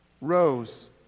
rose